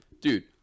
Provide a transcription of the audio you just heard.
dude